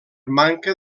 manca